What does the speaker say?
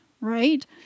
right